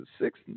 six